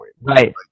Right